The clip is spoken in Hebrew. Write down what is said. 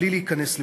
בלי להיכנס לפרטים.